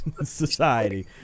society